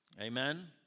Amen